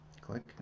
Click